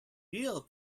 real